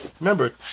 Remember